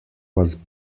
was